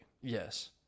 Yes